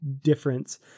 difference